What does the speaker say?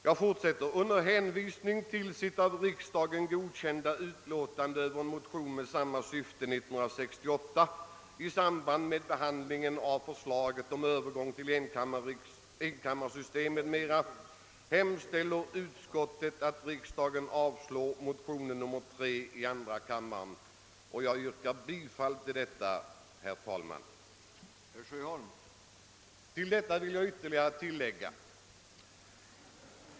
Jag fortsätter citatet: »Under hänvisning till sitt av riksdagen godkända utlåtande över en motion med samma syfte 1968, i samband med behandlingen av förslaget om övergång till enkammarsystem m.m., hemställer utskottet, att riksdagen avslår motionen II:3.» Jag yrkar bifall till denna hemställan, herr talman. Jag vill till detta lägga ytterligare några ord.